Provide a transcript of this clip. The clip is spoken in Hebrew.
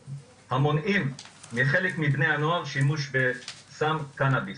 המונעים מחלק מבני הנוער שימוש בסם הקנאביס.